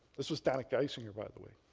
this is down at geisinger by the way.